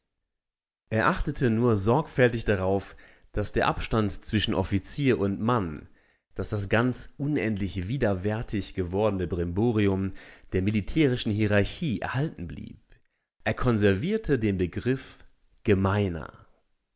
er achtete nur sorgfältig darauf daß der abstand zwischen offizier und mann daß das ganz unendlich widerwärtig gewordene brimborium der militärischen hierarchie erhalten blieb er konservierte den begriff gemeiner